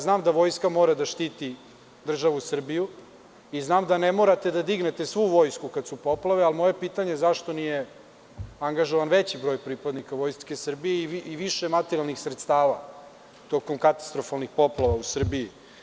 Znam da vojska mora da štiti državu Srbiju i znam da ne morate da dignete svu vojsku kada su poplave, ali moje pitanje je zašto nije angažovan veći broj pripadnika Vojske Srbije i više materijalnih sredstava tokom katastrofalnih poplava u Srbiji?